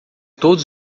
todos